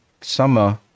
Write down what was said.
summer